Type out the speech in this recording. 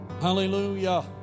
Hallelujah